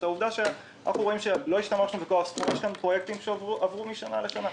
העובדה שלא השתמשנו בכל הסכום יש כאן פרויקטים שעברו משנה לשנה.